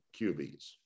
QBs